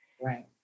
Right